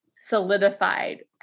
solidified